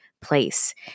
place